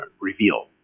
reveal